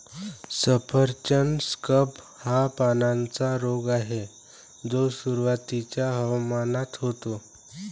सफरचंद स्कॅब हा पानांचा रोग आहे जो सुरुवातीच्या हवामानात होतो